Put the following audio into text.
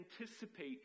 anticipate